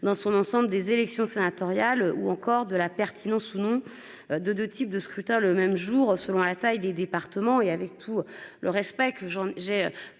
dans son ensemble des élections sénatoriales ou encore de la pertinence ou non de de type de scrutin. Le même jour, selon la taille des départements et avec tout le respect que j'ai